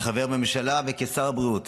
כחבר הממשלה וכשר הבריאות